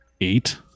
Eight